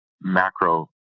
macro